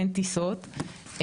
אין טיסות,